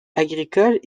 agricoles